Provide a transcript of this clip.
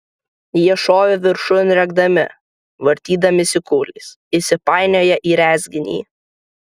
jie šovė viršun rėkdami vartydamiesi kūliais įsipainioję į rezginį